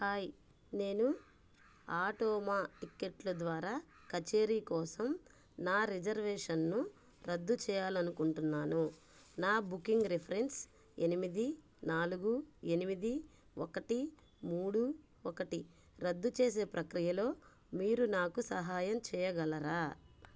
hi నేను ఆటోమ టిక్కెట్ల ద్వారా కచేరీ కోసం నా రిజర్వేషన్ను రద్దు చేయాలనుకుంటున్నాను నా బుకింగ్ రిఫరెన్స్ ఎనిమిది నాలుగు ఎనిమిది ఒకటి మూడు ఒకటి రద్దు చేసే ప్రక్రియలో మీరు నాకు సహాయం చేయగలరా